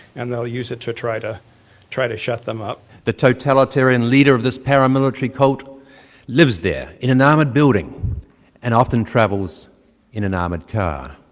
and they'll use it to try to try to shut them up. the totalitarian leader of this paramilitary cult lives there in an armoured building and often travels in an armoured car.